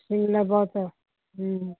ਸ਼ਿਮਲਾ ਬਹੁਤ ਆ ਹਮ